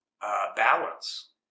balance